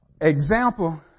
example